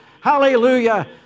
hallelujah